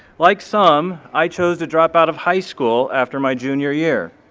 like some, i chose to drop out of high school after my junior year.